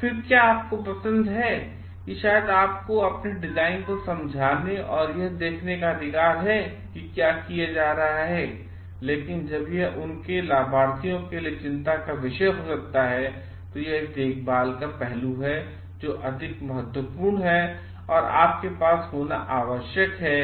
फिर क्या आपको यह पसंद है कि शायद आपको अपने डिज़ाइन को समझाने और यह देखने का अधिकार है कि यह किया जा रहा है लेकिन जब यह उनके लाभार्थियों के लिए चिंता का विषय हो सकता है तो यह एक देखभाल का पहलू है जो अधिक महत्वपूर्ण है और आपके पास होना आवश्यक है